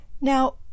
now